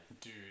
Dude